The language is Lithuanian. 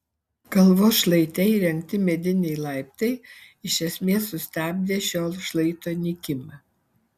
kalvos šlaite įrengti mediniai laiptai iš esmės sustabdė šio šlaito nykimą